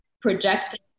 project